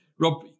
rob